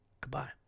goodbye